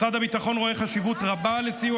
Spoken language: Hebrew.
משרד הביטחון רואה חשיבות רבה בסיוע